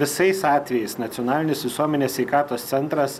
visais atvejais nacionalinis visuomenės sveikatos centras